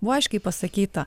buvo aiškiai pasakyta